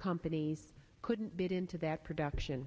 companies couldn't get into that production